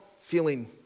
feeling